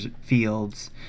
fields